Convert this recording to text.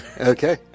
Okay